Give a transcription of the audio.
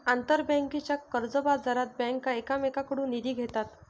आंतरबँकेच्या कर्जबाजारात बँका एकमेकांकडून निधी घेतात